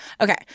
Okay